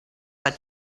but